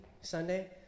Sunday